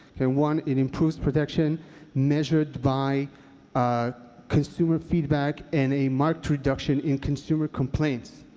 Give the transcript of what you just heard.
and one, it improves protection measured by ah consumer feedback and a marked reduction in consumer complaints.